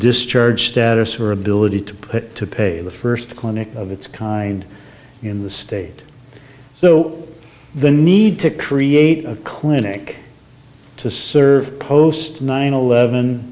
discharge status or ability to put the first clinic of its kind in the state so the need to create a clinic to serve post nine eleven